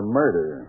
murder